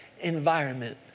environment